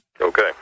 Okay